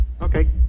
Okay